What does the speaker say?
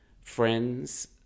friends